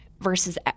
versus